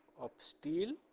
of steel